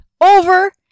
Over